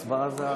ההצבעה זה ההרשמה?